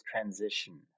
transition